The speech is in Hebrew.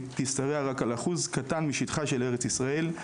תשתרע רק על אחוז קטן משטחה של ארץ ישראל,